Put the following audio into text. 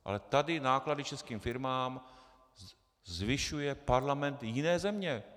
Ale tady náklady českým firmám zvyšuje parlament jiné země.